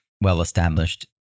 well-established